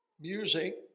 music